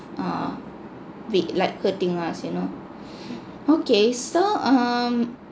err th~ like hurting us you know okay so um